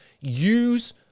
use